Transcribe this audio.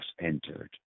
entered